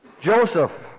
Joseph